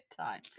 time